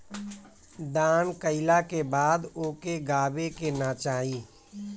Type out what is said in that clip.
दान कइला के बाद ओके गावे के ना चाही